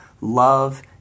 love